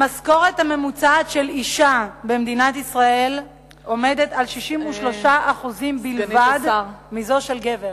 המשכורת הממוצעת של אשה במדינת ישראל עומדת על 63% בלבד מזו של גבר.